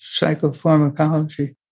psychopharmacology